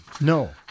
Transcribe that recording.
No